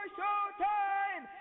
showtime